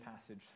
passage